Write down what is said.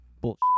bullshit